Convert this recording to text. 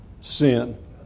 sin